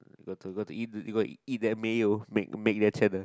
got to got to eat you got eat the mayo make make the channel